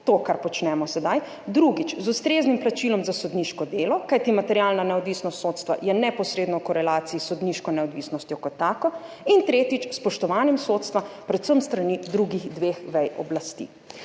to kar počnemo sedaj, drugič, z ustreznim plačilom za sodniško delo, kajti materialna neodvisnost sodstva je neposredno v korelaciji s sodniško neodvisnostjo kot tako, in tretjič, s spoštovanjem sodstva, predvsem s strani drugih dveh vej oblasti.